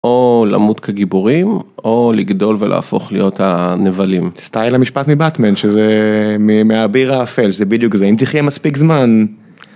או למות כגיבורים או לגדול ולהפוך להיות הנבלים. סטייל המשפט מבטמן שזה מהאביר האפל זה בדיוק זה אם תחיה מספיק זמן.